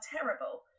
terrible